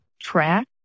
track